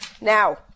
Now